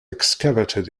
excavated